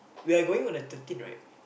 we are going on the thirteen right